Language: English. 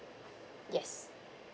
yes